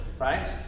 right